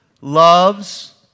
loves